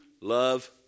love